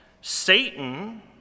Satan